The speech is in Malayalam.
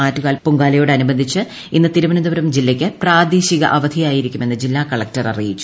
ആറ്റുകാൽ പൊങ്കാലയോടനുബന്ധിച്ച് ഇന്ന് തിരുവനന്തപുരം ജില്ലയ്ക്ക് പ്രാദേശിക അവധിയായിരിക്കുമെന്ന് ജില്ലാ കളക്ടർ അറിയിച്ചു